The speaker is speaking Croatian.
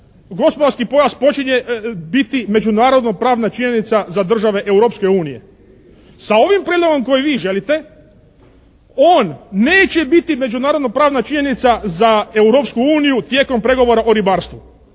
gospodarski pojas počinje biti međunarodno-pravna činjenica za države Europske unije. Sa ovim prijedlogom koji vi želite on neće biti međunarodno-pravna činjenica za Europsku uniju tijekom pregovora o ribarstvu.